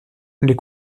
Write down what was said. les